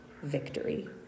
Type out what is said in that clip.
victory